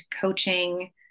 coaching